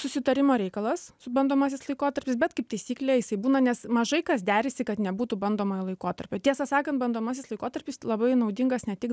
susitarimo reikalas su bandomasis laikotarpis bet kaip taisyklė jisai būna nes mažai kas derasi kad nebūtų bandomojo laikotarpio tiesą sakant bandomasis laikotarpis labai naudingas ne tik